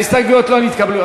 ההסתייגויות לא נתקבלו.